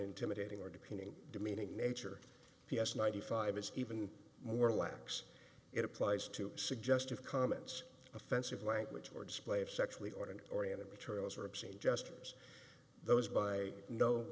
intimidating or depending demeaning nature vs ninety five is even more lax it applies to suggestive comments offensive language or display of sexually ordered oriented materials or obscene gestures those by no